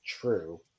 true